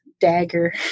dagger